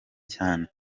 cyane